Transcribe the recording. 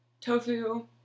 tofu